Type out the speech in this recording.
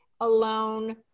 alone